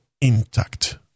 intact